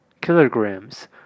kilograms